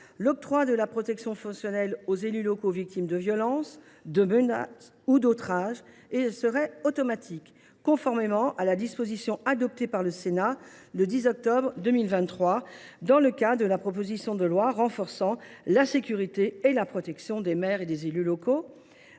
l’octroi de la protection fonctionnelle aux élus locaux victimes de violences, de menaces ou d’outrages deviendrait automatique, conformément à la disposition adoptée par le Sénat le 10 octobre 2023 dans le cadre de la proposition de loi renforçant la sécurité des élus locaux